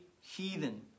heathen